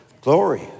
glory